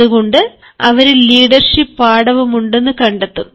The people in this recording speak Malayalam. അതുകൊണ്ട് അവരിൽ ലീഡർഷിപ് പാടവമുണ്ടെന്നു കണ്ടെത്തും